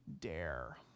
dare